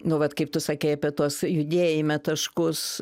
nu vat kaip tu sakei apie tuos judėjime taškus